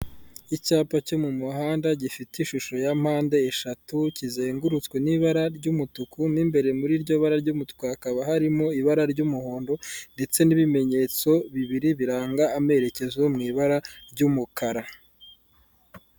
Icyapa cyo mu muhanda gifite ishusho ya mpande eshatu kizengurutswe n'ibara ry'umutuku, mo imbere muri iryo bara ry'umutuku hakaba harimo ibara ry'umuhondo ndetse n'ibimenyetso bibiri biranga amerekezo mu ibara ry'umukara.